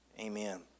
Amen